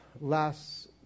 last